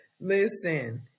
listen